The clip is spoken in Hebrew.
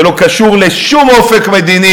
זה לא קשור לשום אופק מדיני.